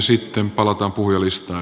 sitten palataan puhujalistaan